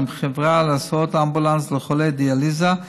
עם חברה להסעות אמבולנס לחולי דיאליזה,